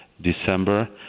December